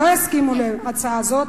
לא יסכימו להצעה הזאת,